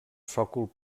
sòcol